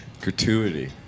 Gratuity